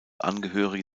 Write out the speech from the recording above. angehörige